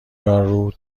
یارو